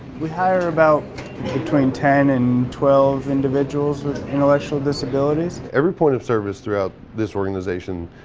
we hire about between ten and twelve individuals intellectual disabilities. every point of service throughout this organization,